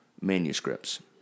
manuscripts